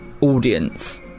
audience